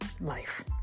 life